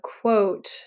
quote